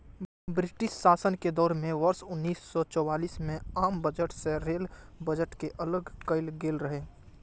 British शासन के दौर मे वर्ष उन्नैस सय चौबीस मे आम बजट सं रेल बजट कें अलग कैल गेल रहै